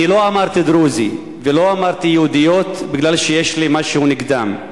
אני לא אמרתי דרוזי ולא אמרתי יהודיות בגלל שיש לי משהו נגדם,